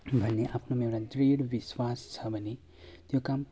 भन्ने आफ्नोमा एउटा दृढ विश्वास छ भने त्यो काम